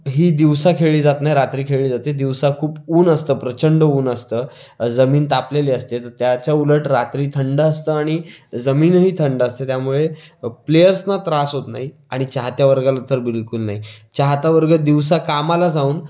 ही दिवसा खेळली जात नाही रात्री खेळली जाते दिवसा खूप ऊन असतं प्रचंड ऊन असतं जमीन तापलेली असते तर त्याच्या उलट रात्री थंड असतं आणि जमीनही थंड असते त्यामुळे प्लेअर्सना त्रास होत नाही आणि चाहत्या वर्गाला तर बिलकुल नाही चाहता वर्ग दिवसा कामाला जाऊन